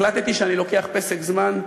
החלטתי שאני לוקח פסק זמן.